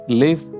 live